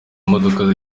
imodoka